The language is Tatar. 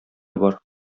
бар